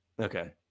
Okay